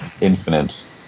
Infinite